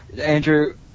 Andrew